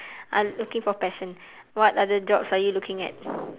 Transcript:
uh I looking for passion what other jobs are you looking at